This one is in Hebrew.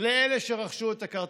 לאלה שרכשו את הכרטיסים.